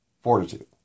fortitude